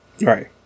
Right